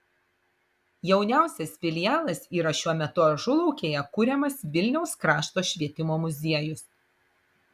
jauniausias filialas yra šiuo metu ažulaukėje kuriamas vilniaus krašto švietimo muziejus